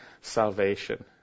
salvation